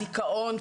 הדיכאון,